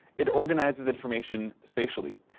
it organizes information spatially.